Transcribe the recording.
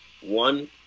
one